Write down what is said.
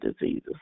diseases